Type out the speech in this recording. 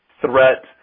threat